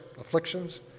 afflictions